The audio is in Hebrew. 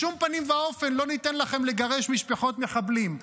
בשום פנים ואופן לא ניתן לכם לגרש משפחות מחבלים,